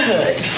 Hood